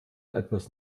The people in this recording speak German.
etwas